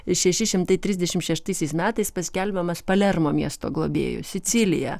šeši šimtai trisdešim šeštaisiais metais paskelbiamas palermo miesto globėju sicilija